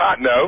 No